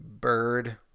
bird